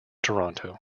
toronto